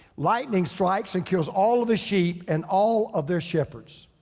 lightning strikes and kills all the sheep and all of their shepherds.